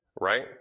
right